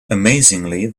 amazingly